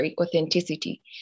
authenticity